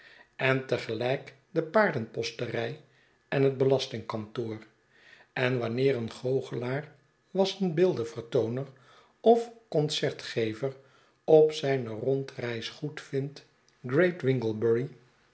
en te gelijk de paardenposterij en het belastingkantoor en wanneer een goochelaar wassenbeeldenvertooner of concertgever op zijne rondreis goedvindt great winglebury